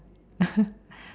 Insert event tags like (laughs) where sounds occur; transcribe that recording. (laughs)